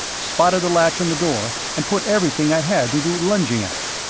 spotted the latch on the door, and put everything i had into lunging at it.